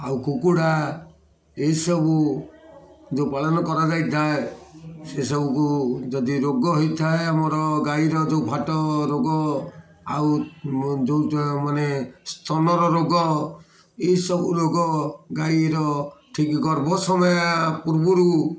ଆଉ କୁକୁଡ଼ା ଏଇସବୁ ଯେଉଁ ପାଳନ କରାଯାଇଥାଏ ସେସବୁକୁ ଯଦି ରୋଗ ହେଇଥାଏ ଆମର ଗାଈର ଯେଉଁ ଫାଟ ରୋଗ ଆଉ ଯେଉଁ ମାନେ ସ୍ତନର ରୋଗ ଏଇସବୁ ରୋଗ ଗାଈର ଠିକ୍ ଗର୍ଭ ସମୟା ପୂର୍ବରୁ